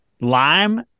lime